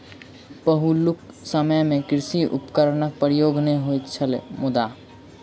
पहिलुक समय मे कृषि उपकरणक प्रयोग नै होइत छलै मुदा